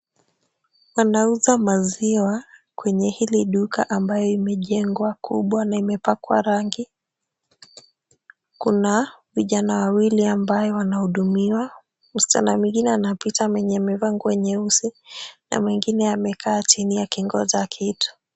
Wanauza maziwa kwenye hili duka ambayo imejengwa kubwa na imepakwa rangi, kuna vijana wawili ambao wanahudumiwa. Msichana mwingine anapita kwenye mipango nyeusi na mengine yamekaa chini akingoja kitu.